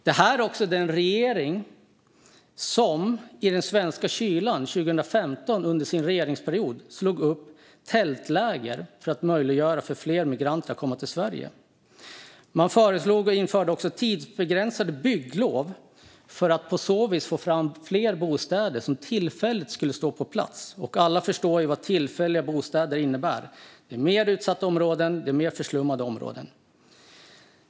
Detta är den regering som i den svenska kylan 2015 lät slå upp tältläger för att möjliggöra för fler migranter att komma till Sverige. Man införde också tidsbegränsade bygglov för att på så vis få fram fler bostäder som tillfälligt skulle stå på plats. Alla förstår ju vad tillfälliga bostäder innebär. Det blir mer utsatta och förslummade områden.